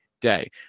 day